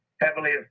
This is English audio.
heavily